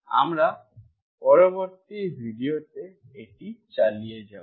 আমরা পরবর্তী ভিডিওতে এটি চালিয়ে যাব